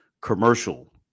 commercial